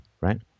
right